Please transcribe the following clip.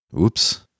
oops